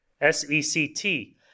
S-E-C-T